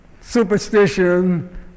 superstition